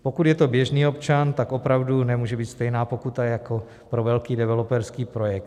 Pokud je to běžný občan, tak opravdu nemůže být stejná pokuta jako pro velký developerský projekt.